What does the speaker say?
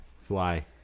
fly